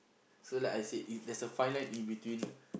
so like I've said it there's a fine line in between